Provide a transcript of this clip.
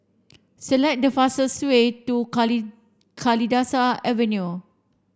select the fastest way to Kalidasa Avenue